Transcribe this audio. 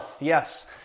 yes